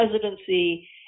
presidency